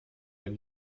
ein